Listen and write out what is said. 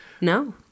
No